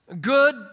Good